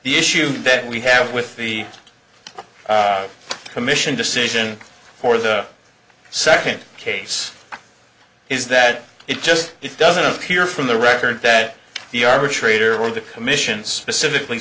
the issue that we have with the commission decision for the second case is that it just it doesn't appear from the record that the arbitrator or the commission specifically